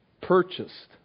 purchased